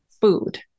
food